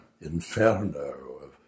Inferno